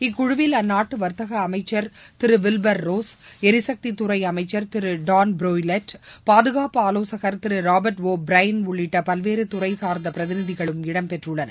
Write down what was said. இக்குழுவில் அந்நாட்டு வா்த்தக அமைச்சா் திரு வில்பூர் ரோஸ் எரிசக்தி துறை அமைச்சா் திரு டான் பிரௌலிட்டி பாதுகாப்பு ஆலோசக் திரு ராபாட் ஒ பிரைன் உள்ளிட்ட பல்வேறு துறை சார்ந்த பிரதிநிதிகளும் இடம் பெற்றுள்ளனர்